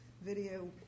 video